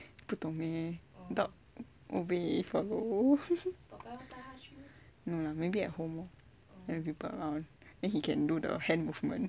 不懂 eh dog obey ya maybe at home lor then he can do the hand movement